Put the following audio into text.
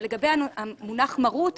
לגבי המונח "מרות",